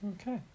Okay